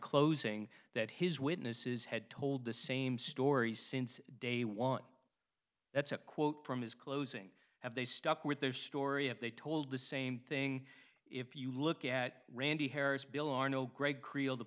closing that his witnesses had told the same stories since day one that's a quote from his closing have they stuck with their story if they told the same thing if you look at randy harris bill or no greg creel t